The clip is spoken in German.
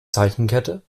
zeichenkette